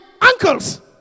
uncles